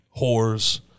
whores